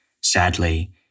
Sadly